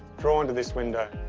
drawn to this window.